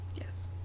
Yes